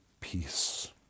peace